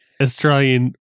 Australian